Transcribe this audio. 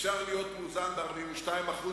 אפשר להיות מאוזן ב-42%,